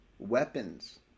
weapons